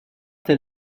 tel